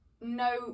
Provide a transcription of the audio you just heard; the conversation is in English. no